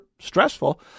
stressful